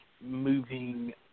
moving